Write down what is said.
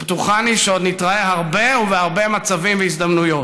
בטוחני שעוד נתראה הרבה, ובהרבה מצבים והזדמנויות.